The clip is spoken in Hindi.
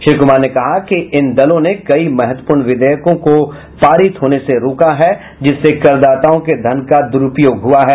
श्री कुमार ने कहा कि इन दलों ने कई महत्वपूर्ण विधेयकों को पारित होने से रोका है जिससे कर दाताओं के धन का दुरूपयोग हुआ है